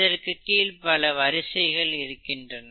இதற்கு கீழ் பல வரிசைகள் இருக்கின்றன